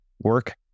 work